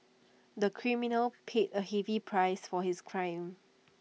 the criminal paid A heavy price for his crime